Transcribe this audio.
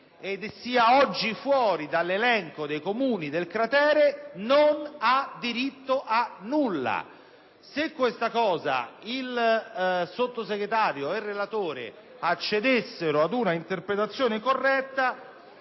attuale, fuori dall'elenco dei Comuni del cratere non ha diritto a nulla. Se il Sottosegretario e il relatore accedessero ad un'interpretazione corretta